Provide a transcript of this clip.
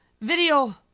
video